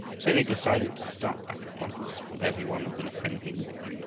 so they decided to start back at once, while every one was in a friendly mood.